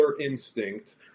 instinct